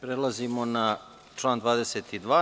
Prelazimo na član 22.